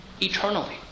eternally